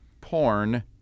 porn